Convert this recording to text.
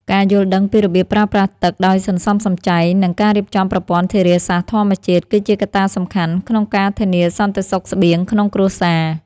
ការយល់ដឹងពីរបៀបប្រើប្រាស់ទឹកដោយសន្សំសំចៃ និងការរៀបចំប្រព័ន្ធធារាសាស្ត្រធម្មជាតិ គឺជាកត្តាសំខាន់ក្នុងការធានាសន្តិសុខស្បៀងក្នុងគ្រួសារ។